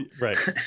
right